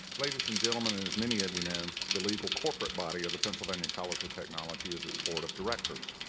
ladies and gentlemen, as many of you know, the legal corporate body of the pennsylvania college of technology is its board of directors.